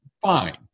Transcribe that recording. Fine